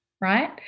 right